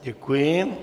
Děkuji.